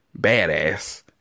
badass